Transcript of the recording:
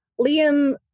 Liam